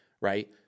right